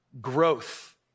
growth